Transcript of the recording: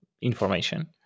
information